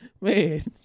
Man